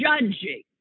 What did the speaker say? judging